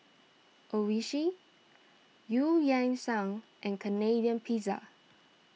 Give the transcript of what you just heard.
Oishi Eu Yan Sang and Canadian Pizza